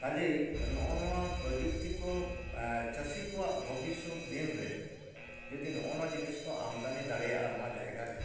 ᱠᱟᱡᱮᱭ ᱱᱚᱜᱼᱚ ᱱᱚᱣᱟ ᱯᱨᱚᱡᱩᱠᱛᱤ ᱠᱚ ᱪᱟᱹᱥᱤ ᱠᱚᱣᱟᱜ ᱵᱷᱚᱵᱤᱥᱥᱚᱛ ᱫᱤᱱ ᱨᱮ ᱡᱩᱫᱤ ᱱᱚᱜᱼᱚ ᱱᱚᱣᱟ ᱡᱤᱱᱤᱥ ᱠᱚ ᱟᱢᱫᱟᱱᱤ ᱫᱟᱲᱮᱭᱟᱜᱼᱟ ᱱᱚᱣᱟ ᱡᱟᱭᱜᱟ ᱨᱮ